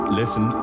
listen